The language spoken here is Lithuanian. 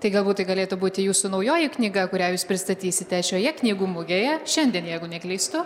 tai galbūt galėtų būti jūsų naujoji knyga kurią jūs pristatysite šioje knygų mugėje šiandien jeigu neklystu